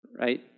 Right